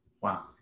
Wow